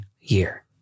year